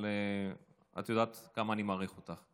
אבל את יודעת כמה אני מעריך אותך.